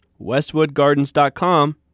WestwoodGardens.com